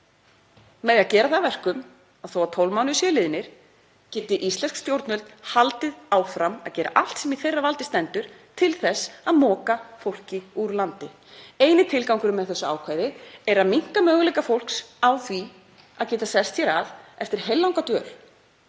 því að gera það að verkum að þó að 12 mánuðir séu liðnir geti íslensk stjórnvöld haldið áfram að gera allt sem í þeirra valdi stendur til þess að moka fólki úr landi. Eini tilgangurinn með þessu ákvæði er að minnka möguleika fólks á því að geta sest hér að eftir heillanga